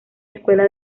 escuela